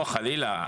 לא, חלילה.